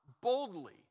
boldly